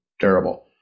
terrible